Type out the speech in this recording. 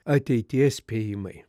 ateities spėjimai